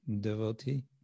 devotee